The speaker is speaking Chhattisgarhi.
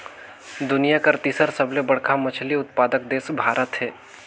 दुनिया कर तीसर सबले बड़खा मछली उत्पादक देश भारत हे